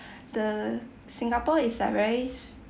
the singapore is like very